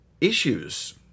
issues